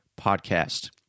Podcast